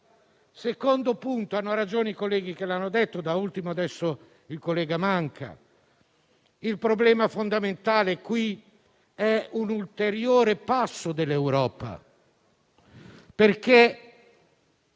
secondo punto. Hanno ragione i colleghi che l'hanno detto, da ultimo il collega Manca: il problema fondamentale è un ulteriore passo dell'Europa.